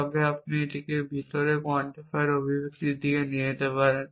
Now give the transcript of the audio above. তবে আপনি এটিকে ভিতরের দিকে অভিব্যক্তির দিকে নিয়ে যেতে পারেন